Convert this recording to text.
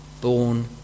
born